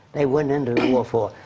they went into the war for.